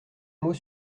mot